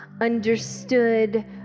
understood